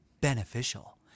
beneficial